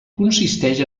consisteix